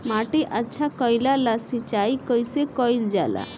माटी अच्छा कइला ला सिंचाई कइसे कइल जाला?